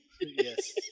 Yes